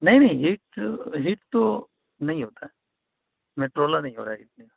نہیں نہیں ہیٹ تو ہیٹ تو نہیں ہوتا ہے میٹرولا نہیں ہو رہا ہے اتنے کا